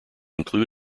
include